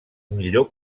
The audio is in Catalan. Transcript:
millor